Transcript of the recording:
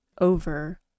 over